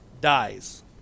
dies